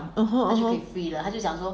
mmhmm mmhmm